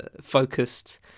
focused